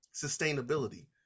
sustainability